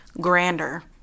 grander